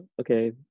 okay